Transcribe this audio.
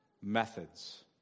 methods